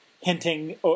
hinting